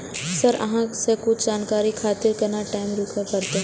Sir अहाँ से कुछ जानकारी खातिर केतना टाईम रुके परतें?